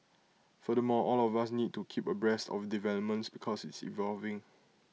furthermore all of us need to keep abreast of developments because it's evolving